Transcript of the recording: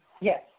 Yes